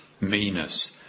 meanness